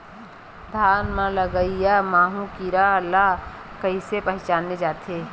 धान म लगईया माहु कीरा ल कइसे पहचाने जाथे?